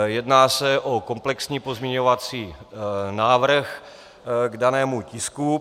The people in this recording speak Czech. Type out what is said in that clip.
Jedná se o komplexní pozměňovací návrh k danému tisku.